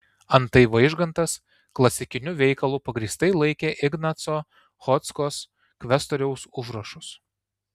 antai vaižgantas klasikiniu veikalu pagrįstai laikė ignaco chodzkos kvestoriaus užrašus